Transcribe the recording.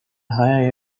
higher